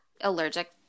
allergic